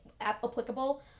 applicable